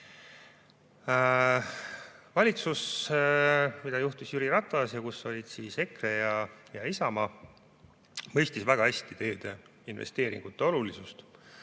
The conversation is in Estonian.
Valitsus, mida juhtis Jüri Ratas ja kus olid EKRE ja Isamaa, mõistis väga hästi teeinvesteeringute olulisust,